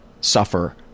suffer